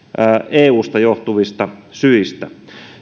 eusta johtuvista syistä